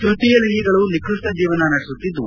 ತೃತೀಯ ಲಿಂಗಿಗಳು ನಿಕೃಷ್ಣ ಜೀವನ ನಡೆಸುತ್ತಿದ್ದು